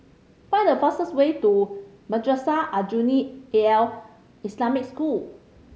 find the fastest way to Madrasah Aljunied Al Islamic School